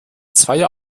zweier